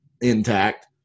intact